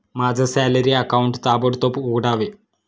माझं salary account ताबडतोब उघडावे